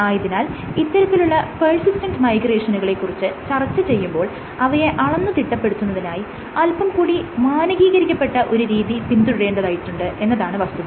ആയതിനാൽ ഇത്തരത്തിലുള്ള പെർസിസ്റ്റന്റ് മൈഗ്രേഷനുകളെ കുറിച്ച് ചർച്ച ചെയ്യുമ്പോൾ അവയെ അളന്ന് തിട്ടപ്പെടുത്തുന്നതിനായി അല്പം കൂടി മാനകീകരിക്കപ്പെട്ട ഒരു രീതി പിന്തുടരേണ്ടതായിട്ടുണ്ട് എന്നതാണ് വസ്തുത